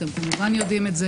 אתם כמובן יודעים את זה,